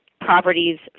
properties